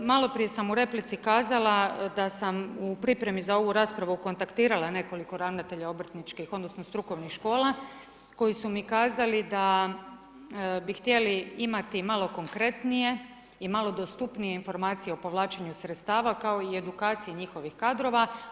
Malo prije sam u replici kazala da sam u pripremi za ovu raspravu kontaktirala nekoliko ravnatelja obrtničkih, odnosno strukovnih škola koji su mi kazali da bi htjeli imati malo konkretnije i malo dostupnije informacije o povlačenju sredstava kao i edukacije njihovih kadrova.